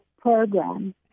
program